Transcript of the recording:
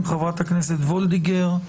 חברת הכנסת וולדיגר,